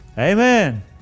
Amen